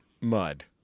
mud